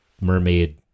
mermaid